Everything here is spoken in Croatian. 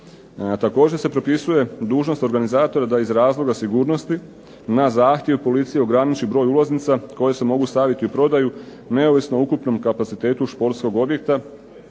Također se propisuje dužnost organizatora da iz razloga sigurnosti na zahtjev policije ograniči broj ulaznica koje se mogu staviti u prodaju neovisno o ukupnom kapacitetu športskom objekta